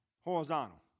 Horizontal